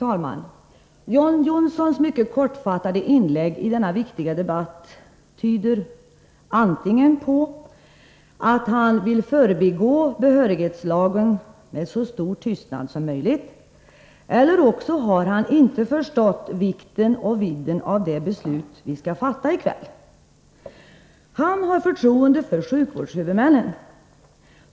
Fru talman! John Johnssons mycket kortfattade inlägg i denna viktiga debatt tyder antingen på att han vill förbigå behörighetslagen med så stor tystnad som möjligt eller på att han inte har förstått vikten och vidden av det beslut som vi skall fatta i kväll. John Johnsson säger att han har förtroende för sjukvårdshuvudmännen.